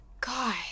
God